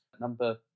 Number